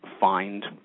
find